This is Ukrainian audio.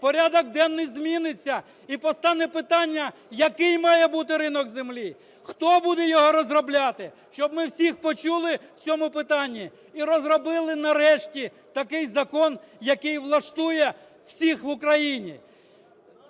порядок денний зміниться, і постане питання, який має бути ринок землі, хто буде його розробляти, щоб ми всіх почули в цьому питанні і розробили нарешті такий закон, який влаштує всіх в Україні.